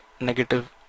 negative